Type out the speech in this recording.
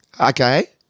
Okay